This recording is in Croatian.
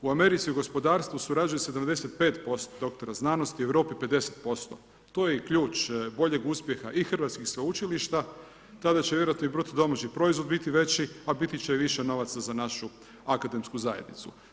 U Americi u gospodarstvu surađuje 75% doktora znanosti, u Europi 50%, to je i ključ boljeg uspjeha i hrvatskih sveučilišta, tada će vjerojatno i BDP biti veći a biti će i više novaca za našu akademsku zajednicu.